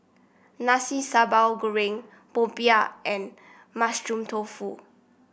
Nasi Sambal Goreng Popiah and Mushroom Tofu